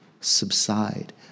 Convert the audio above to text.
subside